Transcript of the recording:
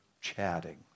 chatting